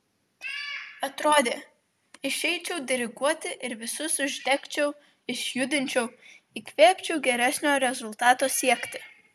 atrodė išeičiau diriguoti ir visus uždegčiau išjudinčiau įkvėpčiau geresnio rezultato siekti